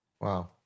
wow